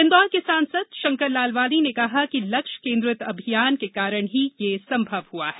इंदौर के सांसद शंकर लालवानी ने कहा कि लक्ष्य केन्द्रित अभियान के कारण ही यह संभव हआ है